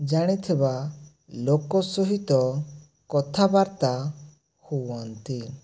ଜାଣିଥିବା ଲୋକ ସହିତ କଥାବାର୍ତା ହୁଅନ୍ତି